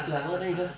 (uh huh) (uh huh)